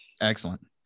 Excellent